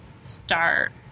start